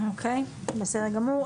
אוקיי, בסדר גמור.